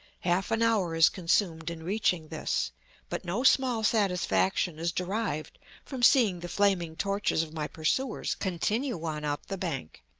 half an hour is consumed in reaching this but no small satisfaction is derived from seeing the flaming torches of my pursuers continue on up the bank.